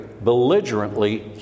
belligerently